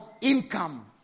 income